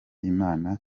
imana